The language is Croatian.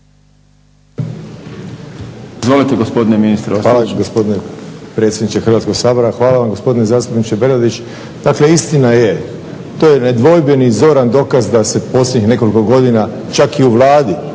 **Ostojić, Rajko (SDP)** hvala gospodine predsjedniče Hrvatskog sabora. Hvala vam gospodine zastupniče Bernardić. Dakle istina je, to je nedvojbeni i zoran dokaz da se posljednjih nekoliko godina čak i u Vladi,